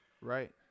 Right